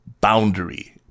boundary